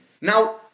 Now